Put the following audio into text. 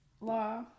law